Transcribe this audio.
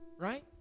right